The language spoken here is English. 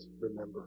remember